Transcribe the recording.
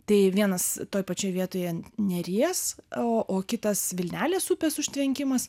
tai vienas toj pačioj vietoje neries o o kitas vilnelės upės užtvenkimas